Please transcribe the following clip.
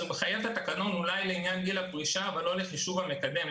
אז הוא מחייב את התקנון אולי לעניין גיל הפרישה אבל לא לחישוב המקדם.